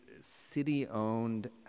city-owned